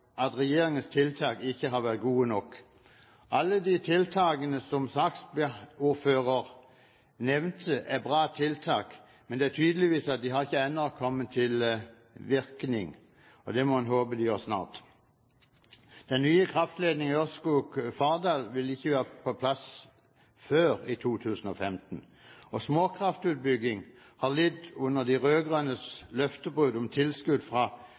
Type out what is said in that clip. at regjeringens tiltak ikke har vært gode nok. Alle de tiltakene som saksordføreren nevnte, er bra tiltak, men det er tydelig at de ennå ikke har fått noen virkning. Det må en håpe de får snart. Den nye kraftledningen Ørskog–Fardal vil ikke være på plass før i 2015. Småkraftutbygging har lidd under de rød-grønnes løftebrudd om tilskudd fra